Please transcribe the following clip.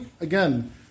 again